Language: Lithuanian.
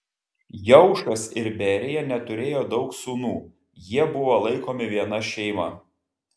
jeušas ir berija neturėjo daug sūnų jie buvo laikomi viena šeima